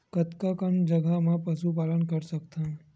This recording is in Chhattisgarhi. कतका कन जगह म पशु पालन कर सकत हव?